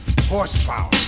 Horsepower